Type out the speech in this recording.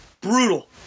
Brutal